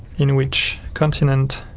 in which continent